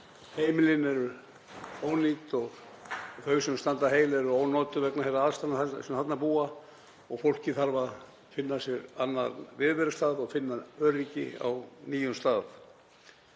Heimili eru ónýt og þau sem standa heil eru ónotuð vegna þeirra aðstæðna sem þarna eru og fólkið þarf að finna sér annan viðverustað og finna öryggi á nýjum stað.